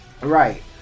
Right